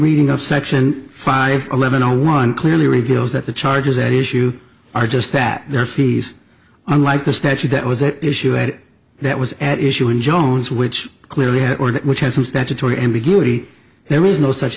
reading of section five eleven zero one clearly reveals that the charges at issue are just that there are fees unlike the statute that was that issue and that was at issue in jones which clearly had or that which has some statutory ambiguity there is no such